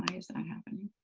is that happening?